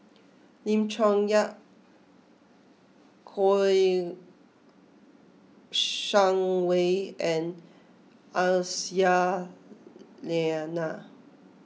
Lim Chong Yah Kouo Shang Wei and Aisyah Lyana